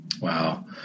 Wow